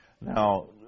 Now